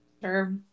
sure